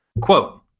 quote